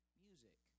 music